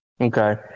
okay